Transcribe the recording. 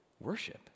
worship